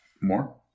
More